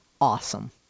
awesome